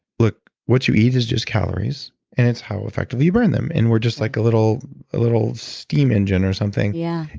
look what you eat is just calories and it's how effectively you burn them. and we're just like a little little steam engine or something yeah,